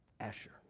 Asher